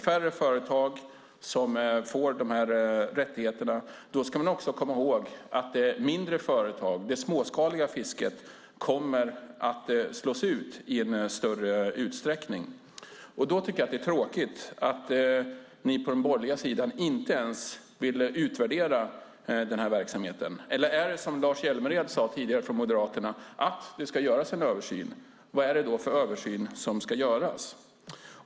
Färre företag kommer att få rättigheter, och det småskaliga fisket kommer att slås ut i större utsträckning. Då är det tråkigt att ni på den borgerliga sidan inte ens vill utvärdera verksamheten. Eller är det som Lars Hjälmered från Moderaterna sade, att det ska göras en översyn? Vad är det då för översyn som ska göras?